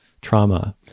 trauma